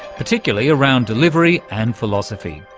particularly around delivery and philosophy.